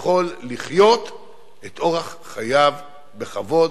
יכול לחיות את חייו בכבוד,